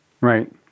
Right